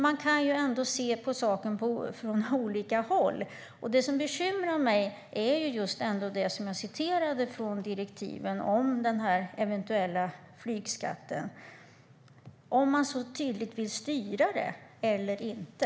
Man kan se på saken från olika håll. Det som bekymrar mig är det jag tidigare citerade ur direktivet och som gäller den eventuella flygskatten, om man vill styra det så tydligt eller inte.